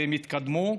ואני מקווה שהם יתקדמו,